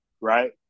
right